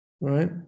right